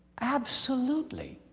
absolutely.